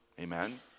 Amen